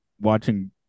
watching